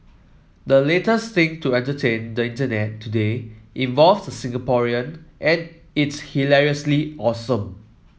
the latest thing to entertain the Internet today involves Singaporean and it's hilariously awesome